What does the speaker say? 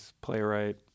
playwright